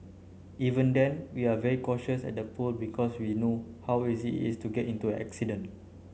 even then we're very cautious at the pool because we know how easy is to get into an accident